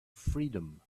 freedom